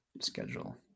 schedule